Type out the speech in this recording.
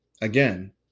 again